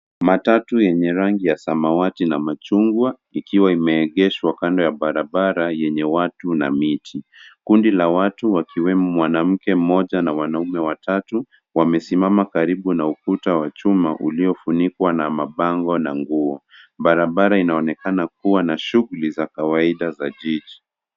Matatu enye rangi ya samawati na machungwa, ikiwa imeegeshwa kando ya barabara enye watu na miti. Kundi la watu wakiwemo mwanamke moja na wanaume watatu wamesimama karibu na ukuta wa chuma uliofunikwa na mabango na nguo. Barabara unaonekana kuwa na shughuli za kawaida za jiji.